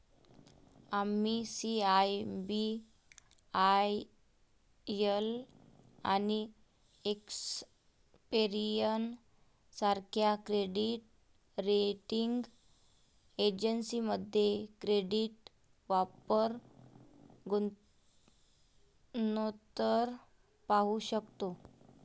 आम्ही सी.आय.बी.आय.एल आणि एक्सपेरियन सारख्या क्रेडिट रेटिंग एजन्सीमध्ये क्रेडिट वापर गुणोत्तर पाहू शकतो